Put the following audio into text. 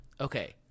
Okay